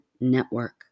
Network